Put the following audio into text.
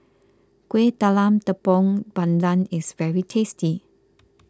Kueh Talam Tepong Pandan is very tasty